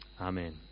Amen